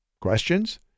Questions